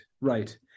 right